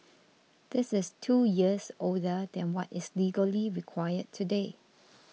this is two years older than what is legally required today